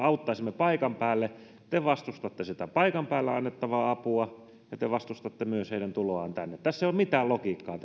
auttaisimme paikan päällä niin te vastustatte sitä paikan päällä annettavaa apua ja te vastustatte myös heidän tuloaan tänne tässä teidän politiikassanne ei ole mitään logiikkaa